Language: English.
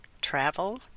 travel